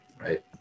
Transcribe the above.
right